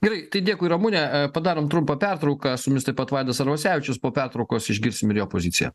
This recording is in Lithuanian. gerai tai dėkui ramune padarom trumpą pertrauką su mumis taip pat vaidas arvasevičius po pertraukos išgirsim ir jo poziciją